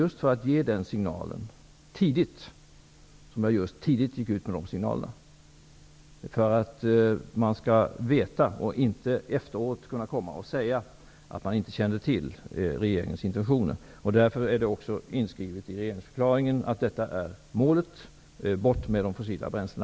Jag gick ut med dessa signaler tidigt för att aktörerna skall veta detta, och inte efteråt kunna komma och säga att de inte kände till regeringens intentioner. Därför är det också inskrivet i regeringsförklaringen att målet är att få bort de fossila bränslena.